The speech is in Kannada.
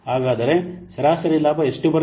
ಹಾಗಾದರೆ ಸರಾಸರಿ ಲಾಭ ಎಷ್ಟು ಬರುತ್ತದೆ